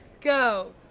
Go